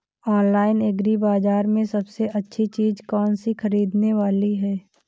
Online agri बाजार में सबसे अच्छी चीज कौन सी ख़रीदने वाली है?